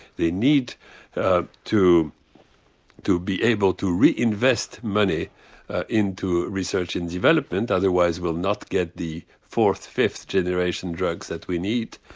they need ah to to be able to reinvest money into research and development otherwise we'll not get the fourth, fifth generation drugs that we need.